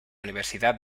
universidad